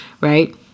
right